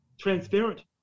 transparent